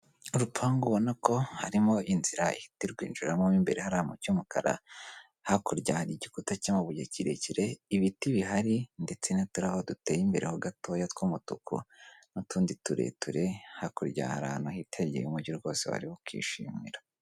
Urupangu ubona ko harimo inzira ihita irwinjiramo mu imbere hariya mu cy'umukara, hakurya hari igikuta cy'amabuye kirekire, ibiti bihari ndetse n'uturabo duteye imbere ho gatoya tw'umutuku n'utundi tureture. Hakurya hari ahantu hitegeye umujyi rwose wareba ukishimira.